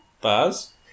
Buzz